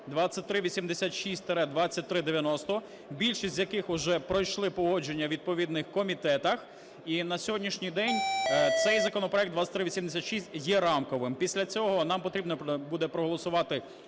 2386-2390, більшість з яких уже пройшли погодження у відповідних комітетах. І на сьогоднішній день цей законопроект 2386 є рамковим. Після цього нам потрібно буде проголосувати